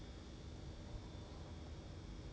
oh wedding favour ah it's called wedding favour ah